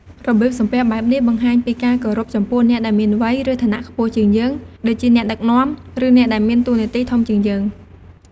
របៀបសំពះបែបនេះ បង្ហាញពីការគោរពចំពោះអ្នកដែលមានវ័យ ឬឋានៈខ្ពស់ជាងយើង ដូចជាអ្នកដឹកនាំ ឬអ្នកដែលមានតួនាទីធំជាងយើង។